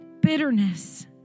bitterness